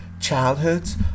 childhoods